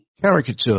caricature